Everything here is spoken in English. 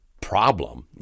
problem